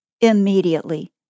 immediately